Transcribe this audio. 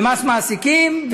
ומס מעסיקים,